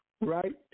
Right